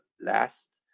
last